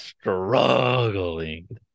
struggling